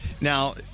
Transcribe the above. Now